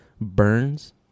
burns